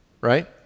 right